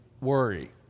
worry